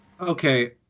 okay